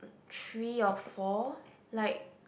three or four like